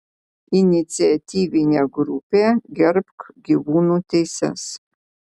iniciatyvinė grupė gerbk gyvūnų teises